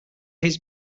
his